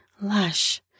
lush